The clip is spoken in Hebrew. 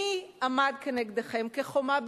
מי עמד כנגדכם, כחומה בצורה,